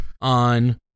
on